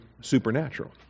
supernatural